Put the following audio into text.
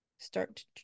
start